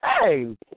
Hey